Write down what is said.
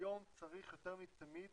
היום צריך יותר מתמיד